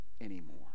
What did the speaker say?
anymore